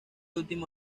último